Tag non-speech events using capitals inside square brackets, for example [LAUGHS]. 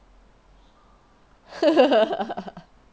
[LAUGHS]